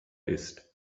ist